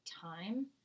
time